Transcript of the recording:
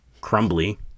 Crumbly